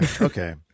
okay